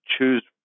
choose